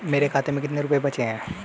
मेरे खाते में कितने रुपये बचे हैं?